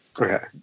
Okay